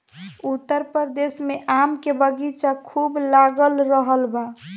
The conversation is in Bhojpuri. उत्तर प्रदेश में आम के बगीचा खूब लाग रहल बा